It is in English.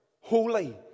holy